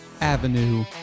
avenue